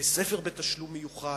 בתי-ספר בתשלום מיוחד.